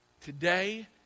Today